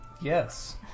Yes